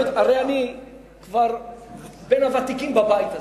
הרי אני כבר בין הוותיקים בבית הזה.